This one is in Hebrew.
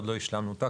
עוד לא השלמנו אותה.